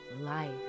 Life